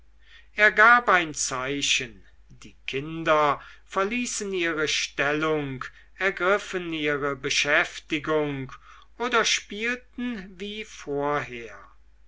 er gab ein zeichen die kinder verließen ihre stellung ergriffen ihre beschäftigung oder spielten wie vorher